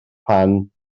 pan